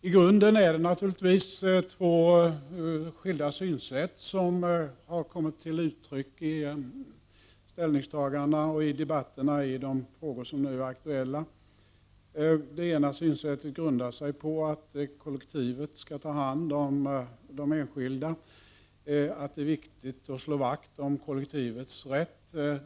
I grunden är det naturligtvis två skilda synsätt som har kommit till uttryck i ställningstagandena och debatterna i de frågor som nu är aktuella. Det ena synsättet grundar sig på uppfattningen att kollektivet skall ta hand om de enskilda, att det är viktigt att slå vakt om kollektivets rätt.